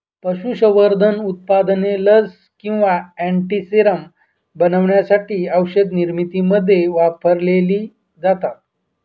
पशुसंवर्धन उत्पादने लस किंवा अँटीसेरम बनवण्यासाठी औषधनिर्मितीमध्ये वापरलेली जातात